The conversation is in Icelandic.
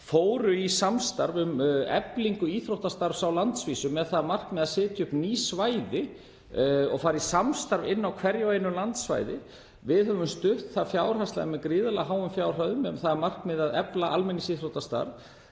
fóru í samstarf um eflingu íþróttastarfs á landsvísu með það að markmiði að setja upp ný svæði og fara í samstarf inni á hverju og einu landsvæði fyrir sig. Við höfum stutt það með gríðarlega háum fjárhæðum með það að markmiði að efla almenningsíþróttastarf,